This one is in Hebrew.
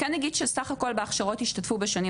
כן נגיד שסך הכול בהכשרות השתתפו בשנים